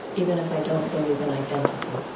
even if i don't believe in identity.